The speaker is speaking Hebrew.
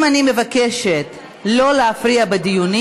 אם אני מבקשת לא להפריע בדיונים,